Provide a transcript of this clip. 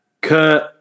Kurt